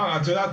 את יודעת,